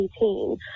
2018